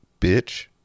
Bitch